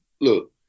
look